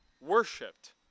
worshipped